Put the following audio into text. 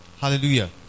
Hallelujah